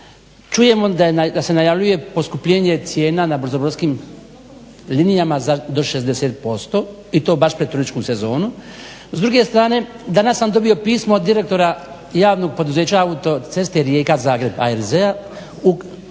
čujemo da se najavljuje poskupljenje cijena na brzim brodskim linijama do 60% i to baš pred turističku sezonu. S druge strane danas sam dobio pismo od direktora javnog poduzeća Autoceste Rijeka-Zagreb ARZ-a u kojemu